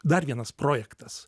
dar vienas projektas